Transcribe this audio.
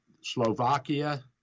Slovakia